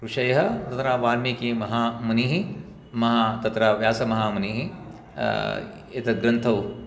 ऋषयः तत्र वाल्मीकिमहामुनिः महा तत्र व्यासमहामुनिः एतद् ग्रन्थौ